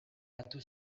batu